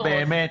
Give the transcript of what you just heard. משפט קצר באמת.